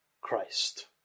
Christ